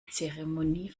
zeremonie